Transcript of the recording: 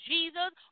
Jesus